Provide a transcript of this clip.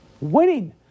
winning